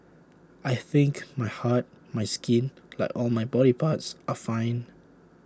I think my heart my skin like all my body parts are fine